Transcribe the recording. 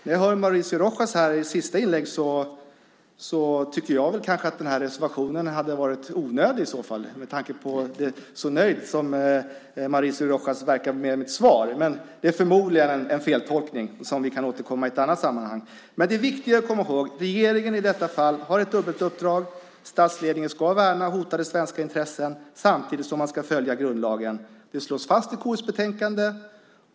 När jag hör Mauricio Rojas sista inlägg tycker jag kanske att den här reservationen verkar onödig, med tanke på hur nöjd Mauricio verkar vara med mitt svar. Men det är förmodligen en feltolkning som vi kan återkomma till i ett annat sammanhang. Det viktiga att komma ihåg är att regeringen i detta fall har ett dubbelt uppdrag, att statsledningen ska värna hotade svenska intressen samtidigt som man ska följa grundlagen. Det slås fast i KU:s betänkande.